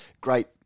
great